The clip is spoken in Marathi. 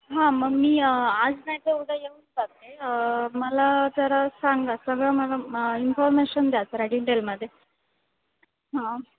हां मग मी आज नाहीतर उद्या येऊन जाते मला जरा सांगा सगळं मला मग इन्फॉर्मेशन द्या जरा डिंटेलमध्ये हां